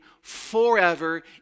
forever